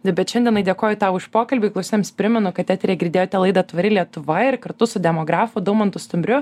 nu bet šiandienai dėkoju tau už pokalbį klausytojams primenu kad etery girdėjote laidą tvari lietuva ir kartu su demografu daumantu stumbriu